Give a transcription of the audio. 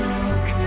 look